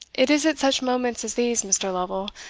it is at such moments as these, mr. lovel,